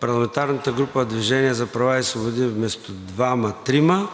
парламентарната група на „Движение за права и свободи“ вместо 2 има 3